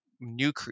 new